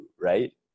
right